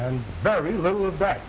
a very little of that